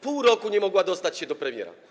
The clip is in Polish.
Pół roku nie mogła dostać się do premiera.